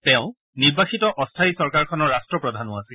তেওঁ নিৰ্বাসিত অস্থায়ী চৰকাৰখনৰ ৰাট্টপ্ৰধানো আছিল